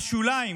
השוליים